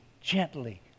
gently